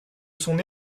son